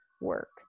work